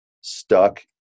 stuck